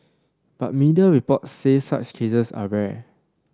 but media reports say such cases are rare